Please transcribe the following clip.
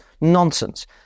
nonsense